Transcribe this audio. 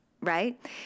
right